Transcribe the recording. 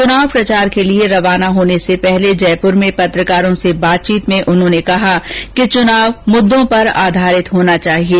चुनाव प्रचार के लिए रवाना होने से पहले जयपुर में पत्रकारों से बातचीत में कहा कि चुनाव मुद्दों पर आधारित होना चाहिये